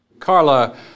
Carla